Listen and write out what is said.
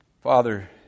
Father